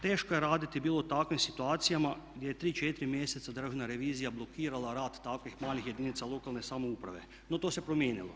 Teško je raditi bilo u takvim situacijama gdje je 3, 4 mjeseca državna revizija blokirala rad takvih malih jedinica lokalne samoupravne no to se promijenilo.